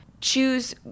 choose